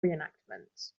reenactment